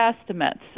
estimates